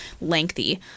Lengthy